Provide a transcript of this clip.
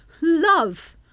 Love